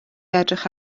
edrych